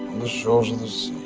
the shores of the